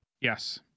yes